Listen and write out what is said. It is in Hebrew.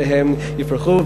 והם יפרחו,